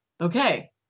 okay